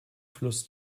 fluss